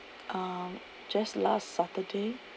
um just last saturday